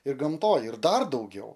ir gamtoj ir dar daugiau